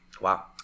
Wow